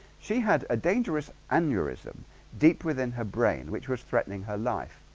she had a dangerous aneurysm deep within her brain which was threatening her life